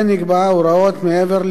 כן נקבעת הוראת מעבר,